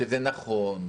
שזה נכון.